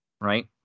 Right